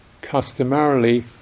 customarily